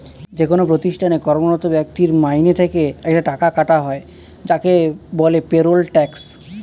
যেকোন প্রতিষ্ঠানে কর্মরত ব্যক্তির মাইনে থেকে একটা টাকা কাটা হয় যাকে বলে পেরোল ট্যাক্স